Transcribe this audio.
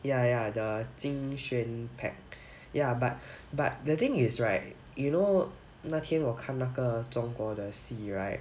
ya ya the jing xuan pack ya but but the thing is right you know 那天我看那个中国的戏 right